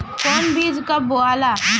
कौन बीज कब बोआला?